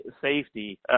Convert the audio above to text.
safety